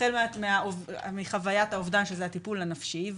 החל מחוויית האובדן שזה הטיפול הנפשי,